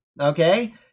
okay